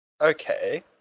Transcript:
Okay